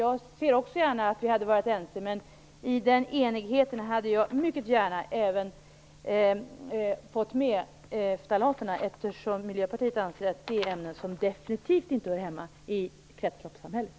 Jag hade också gärna sett att vi hade varit ense, men i den enigheten hade jag mycket gärna velat ha med ftalaterna. Miljöpartiet anser att det är ämnen som definitivt inte hör hemma i kretsloppssamhället.